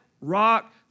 rock